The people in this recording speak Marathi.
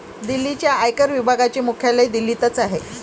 दिल्लीच्या आयकर विभागाचे मुख्यालय दिल्लीतच आहे